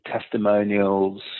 testimonials